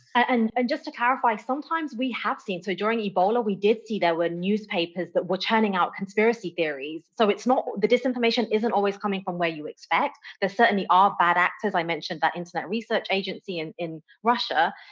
and and just to clarify, sometimes we have seen, so during ebola we did see there were newspapers that were churning out conspiracy theories. so it's not, the disinformation isn't always coming from where you expect there certainly all bad actors. i mentioned that internet research agency and in russia.